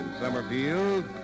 Summerfield